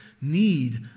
need